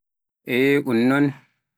eh un noon